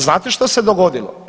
Znate što se dogodilo?